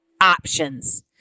options